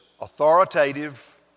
authoritative